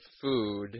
food